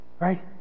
Right